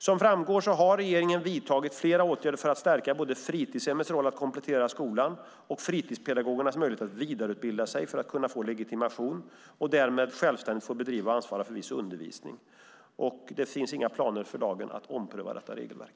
Som framgår har regeringen vidtagit flera åtgärder för att stärka både fritidshemmets roll att komplettera skolan och fritidspedagogernas möjlighet att vidareutbilda sig för att kunna få legitimation och därmed självständigt få bedriva och ansvara för viss undervisning. Det finns inga planer för dagen att ompröva detta regelverk.